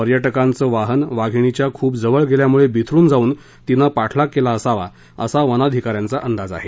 पर्यटकांचं वाहन वाधिणीच्या खुप जवळ गेल्यामुळे बिथरुन जाऊन तिनं पाठलाग केला असावा असा वनाधिका यांचा अंदाज आहे